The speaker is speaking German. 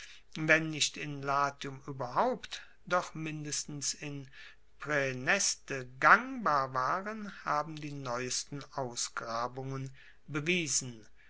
wenn nicht in latium ueberhaupt doch mindestens in praeneste gangbar waren haben die neuesten ausgrabungen bewiesen